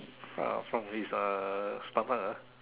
from his uh stomach lah